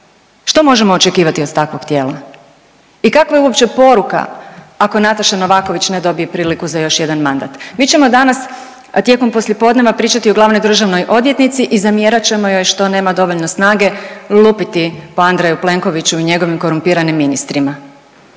Što možemo očekivati od takvog tijela? I kakva je uopće poruka ako Nataša Novaković ne dobije priliku za još jedan mandat. Mi ćemo danas tijekom poslijepodneva pričati o glavnoj državnoj odvjetnici i zamjerat ćemo joj što nema dovoljno snage lupiti po Andreju Plenkoviću i njegovim korumpiranim ministrima,